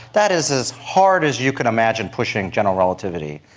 that is as hard as you could imagine pushing general relativity,